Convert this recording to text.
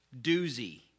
doozy